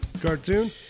cartoon